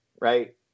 Right